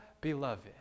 Beloved